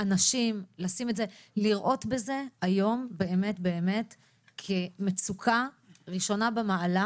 אנשים, לראות בזה היום באמת כמצוקה ראשונה במעלה